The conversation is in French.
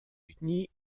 unis